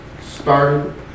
started